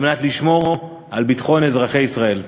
כדי לשמור על ביטחון אזרחי ישראל.